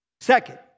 Second